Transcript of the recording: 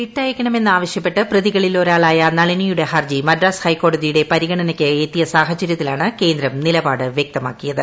വിട്ടയയ്ക്കണമെന്നാവശ്യപ്പെട്ട് പ്രതികളിൽ ക്ട്രാ്ളായ നളിനിയുടെ ഹർജി മദ്രാസ് ഹൈക്കോടതിയുടെ പരിഗണ്ണൂനിയ്ക്ക് എത്തിയ സാഹചര്യത്തിലാണ് കേന്ദ്രം നിലപാട് വ്യക്തമാക്കിയത്